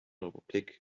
republik